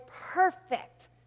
perfect